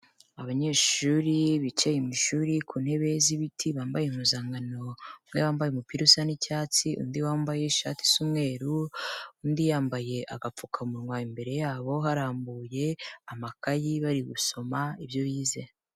Abanyeshuri bicaye mu ishuri ku ntebe z'ibiti, bambaye impuzankano, umwe wambaye umupira usa n'icyatsi, undi wambaye ishati isa umweru, undi yambaye agapfukamunwa, imbere yabo harambuye amakayi, bari gusoma ibyo bize.